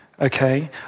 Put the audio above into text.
Okay